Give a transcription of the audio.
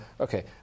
okay